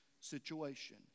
situation